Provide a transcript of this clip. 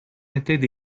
étaient